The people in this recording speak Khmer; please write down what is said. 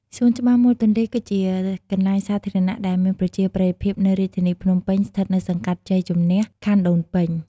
សួនច្បារមាត់ទន្លេគឺជាកន្លែងសាធារណៈដែលមានប្រជាប្រិយភាពនៅរាជធានីភ្នំពេញ ស្ថិតនៅសង្កាត់ជ័យជំនះ ខណ្ឌដូនពេញ។